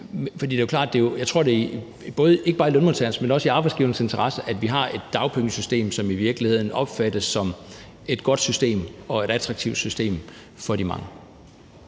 For det er klart, tror jeg, at det ikke bare er i lønmodtagernes, men også arbejdsgivernes interesse, at vi har et dagpengesystem, som i virkeligheden opfattes som et godt system og et attraktivt system for de mange.